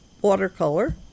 watercolor